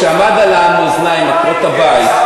כשעמד על המאזניים עניין עקרות-הבית,